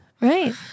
right